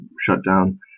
shutdown